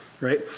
right